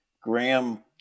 Graham